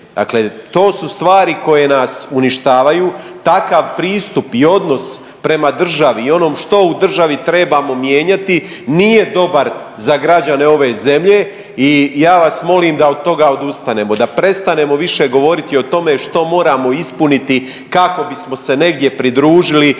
Dakle to su stvari koje nas uništavaju, takav pristup i odnos prema državi i onom što u državi trebamo mijenjati nije dobar za građane ove zemlje i ja vas molim da od toga odustanemo, da prestanemo više govoriti o tome što moramo ispuniti kako bismo se negdje pridružili